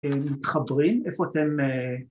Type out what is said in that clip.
‫מתחברים? איפה אתם...